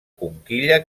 conquilla